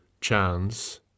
chance